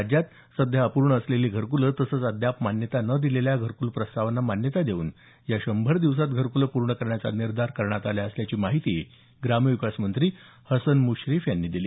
राज्यात सध्या अपूर्ण असलेली घरक्ले तसंच अद्याप मान्यता न दिलेल्या घरक्ल प्रस्तावांना मान्यता देऊन या शंभर दिवसात घरकुले पूर्ण करण्याचा निर्धार करण्यात आला असल्याचं ग्रामविकास मंत्री हसन मुश्रीफ यांनी सांगितलं